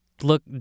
look